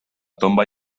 tomba